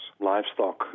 Livestock